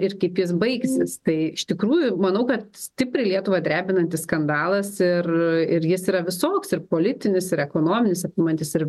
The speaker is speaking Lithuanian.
ir kaip jis baigsis tai iš tikrųjų manau kad stipriai lietuvą drebinantis skandalas ir ir jis yra visoks ir politinis ir ekonominis apimantis ir